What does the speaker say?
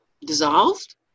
dissolved